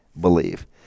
believe